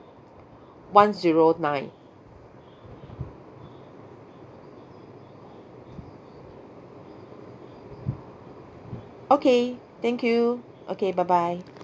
one zero nine okay thank you okay bye bye